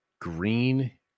green